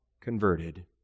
converted